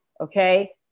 Okay